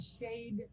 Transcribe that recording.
shade